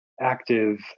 active